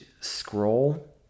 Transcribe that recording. scroll